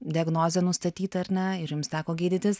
diagnozė nustatyta ar ne ir jums teko gydytis